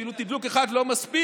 אפילו תדלוק אחד לא מספיק,